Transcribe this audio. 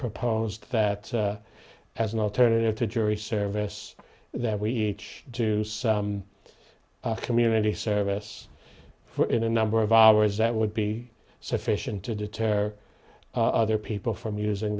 proposed that as an alternative to jury service that we each do some community service for in a number of hours that would be sufficient to deter other people from using